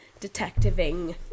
detectiving